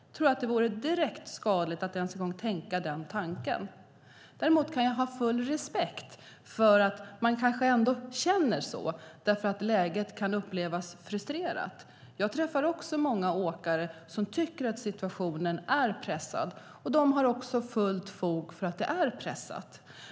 Jag tror att det är direkt skadligt att ens en gång tänka den tanken, men kan jag ha full respekt för att man kanske känner så för att läget kan upplevas som frustrerande. Jag träffar också många åkare som tycker att situationen är pressad. De har fullt fog för det.